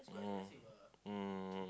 oh oh